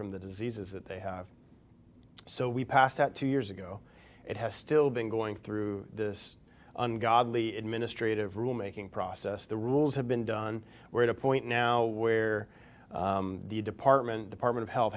from the diseases that they have so we passed out two years ago it has still been going through this ungodly administrative rule making process the rules have been done we're at a point now where the department department of health